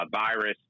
virus